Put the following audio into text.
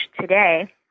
today